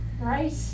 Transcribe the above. Right